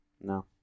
No